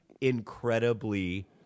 incredibly